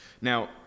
now